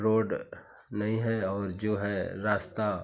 road नहीं है और जो है रास्ता